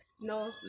no